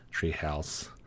Treehouse